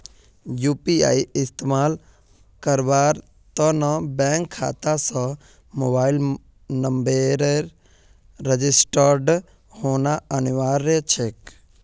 UPI इस्तमाल करवार त न बैंक खाता स मोबाइल नंबरेर रजिस्टर्ड होना अनिवार्य छेक